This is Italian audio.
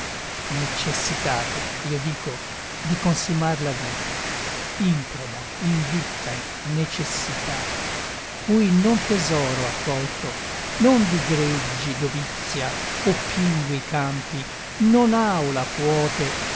necessitate io dico di consumar la vita improba invitta necessità cui non tesoro accolto non di greggi dovizia o pingui campi non aula puote